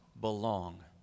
belong